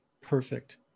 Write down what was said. Perfect